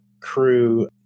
crew